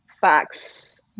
facts